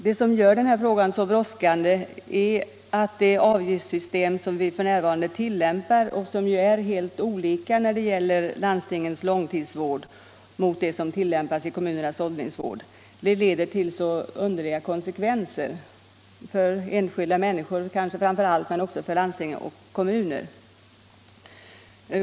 Det som gör den här frågan så brådskande är att det avgiftssystem som vi f.n. tillämpar — helt annorlunda inom landstingens långtidsvård än inom kommunernas åldringsvård — leder till så underliga konsekvenser. Det gäller kanske framför allt enskilda människor men också lands ting och kommuner.